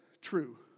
true